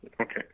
Okay